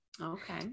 Okay